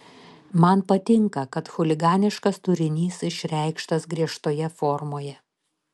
man patinka kad chuliganiškas turinys išreikštas griežtoje formoje